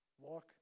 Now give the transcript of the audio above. walk